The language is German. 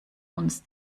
uns